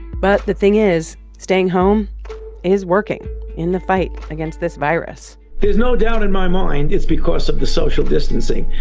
but the thing is staying home is working in the fight against this virus there's no doubt in my mind it's because of the social distancing.